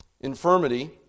infirmity